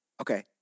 Okay